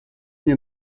nie